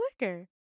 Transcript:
liquor